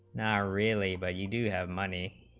now really buy you do have money